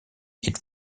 its